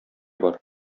бар